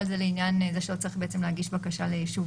כל זה לעניין שלא צריך בעצם בקשה ליישוב